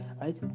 right